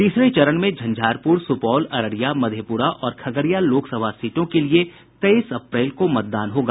तीसरे चरण में झंझारपुर सुपौल अररिया मधेपुरा और खगड़िया लोकसभा सीटों के लिये तेईस अप्रैल को मतदान होगा